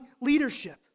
leadership